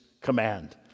command